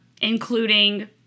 including